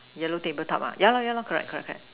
yellow table top ah yeah lah yeah loh correct correct correct